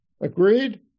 Agreed